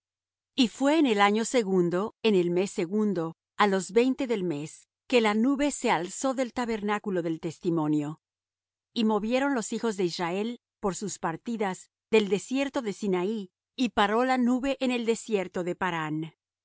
y fué en el año segundo en el mes segundo á los veinte del mes que la nube se alzó del tabernáculo del testimonio y movieron los hijos de israel por sus partidas del desierto de sinaí y paró la nube en el desierto de parán